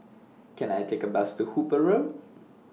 Can I Take A Bus to Hooper Road